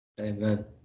amen